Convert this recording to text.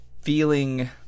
feeling